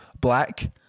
black